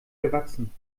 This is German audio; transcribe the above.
gewachsen